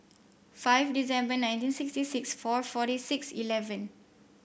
five December nineteen sixty six four forty six eleven